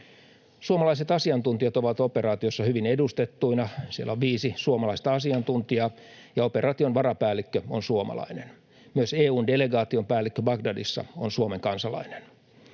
Suomalaiset asiantuntijat ovat operaatiossa hyvin edustettuina: siellä on viisi suomalaista asiantuntijaa, ja operaation varapäällikkö on suomalainen. Myös EU:n delegaation päällikkö Bagdadissa on Suomen kansalainen.